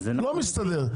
לא מסתדר,